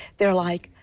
they're like,